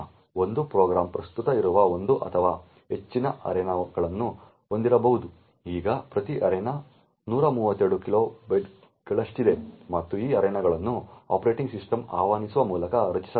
ಒಂದು ಪ್ರೋಗ್ರಾಂ ಪ್ರಸ್ತುತ ಇರುವ ಒಂದು ಅಥವಾ ಹೆಚ್ಚಿನ ಅರೆನಾಗಳನ್ನು ಹೊಂದಿರಬಹುದು ಈಗ ಪ್ರತಿ ಅರೆನಾ 132 ಕಿಲೋಬೈಟ್ಗಳಷ್ಟಿದೆ ಮತ್ತು ಈ ಅರೆನಾಗಳನ್ನು ಆಪರೇಟಿಂಗ್ ಸಿಸ್ಟಮ್ಗೆ ಆಹ್ವಾನಿಸುವ ಮೂಲಕ ರಚಿಸಲಾಗಿದೆ